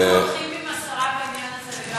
אנחנו הולכים עם השרה בעניין הזה, לגמרי.